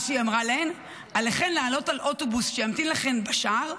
מה שהיא אמרה להם: עליכן לעלות על אוטובוס שימתין לכן בשער,